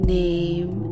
name